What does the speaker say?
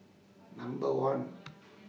Number one